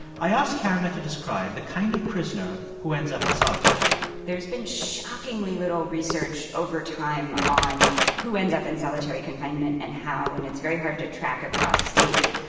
i asked keramet to describe the kind of prisoner who ends up in solitary there's been shockingly little research over time on who ends up in solitary confinement and how. and it's very hard to track across states.